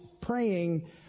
praying